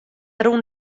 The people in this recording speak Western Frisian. rûn